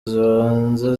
z’ibanze